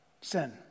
sin